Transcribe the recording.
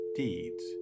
deeds